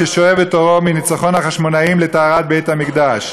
ששואב את אורו מניצחון החשמונאים לטהרת בית-המקדש.